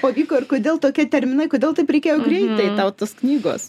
pavyko ir kodėl tokie terminai kodėl taip reikėjo greitai tau tos knygos